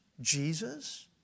Jesus